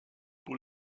pour